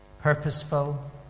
purposeful